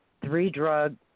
three-drug